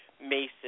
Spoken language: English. Mason